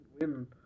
win